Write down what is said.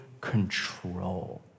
control